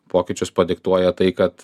pokyčius padiktuoja tai kad